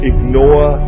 Ignore